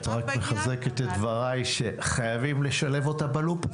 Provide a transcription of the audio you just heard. את רק מחזקת את דבריי שחייבים לשלב אותה בלופ הזה.